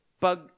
Pag